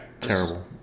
terrible